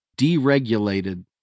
deregulated